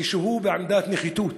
כשהוא בעמדת נחיתות.